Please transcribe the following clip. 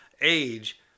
age